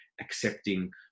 accepting